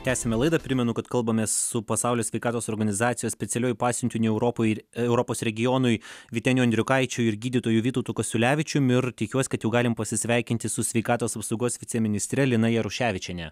tęsiame laidą primenu kad kalbamės su pasaulio sveikatos organizacijos specialiuoju pasiuntiniu europoje ir europos regionui vyteniu andriukaičiu ir gydytoju vytautu kasiulevičium ir tikiuos kad jau galime pasisveikinti su sveikatos apsaugos viceministre lina jaruševičiene